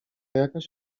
jakaś